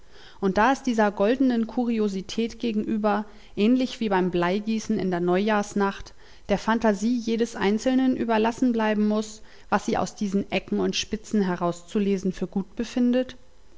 und da es dieser goldenen kuriosität gegenüber ähnlich wie beim bleigießen in der neujahrsnacht der phantasie jedes einzelnen überlassen bleiben muß was sie aus diesen ecken und spitzen herauszulesen für gut befindet